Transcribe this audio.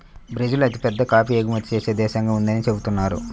Brazil అతిపెద్ద coffee ఎగుమతి చేసే దేశంగా ఉందని చెబుతున్నారు